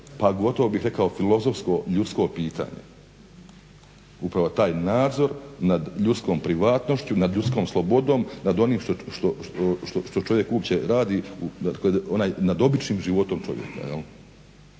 pa gotovo bih rekao filozofsko ljudsko pitanje. Upravo taj nadzor nad ljudskom privatnošću, nad ljudskom slobodom, nad onim što čovjek uopće radi, dakle nad običnim životom čovjeka jel'.